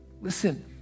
Listen